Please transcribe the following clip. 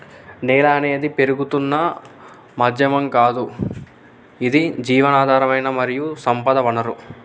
నేల అనేది పెరుగుతున్న మాధ్యమం గాదు ఇది జీవధారమైన మరియు సంపద వనరు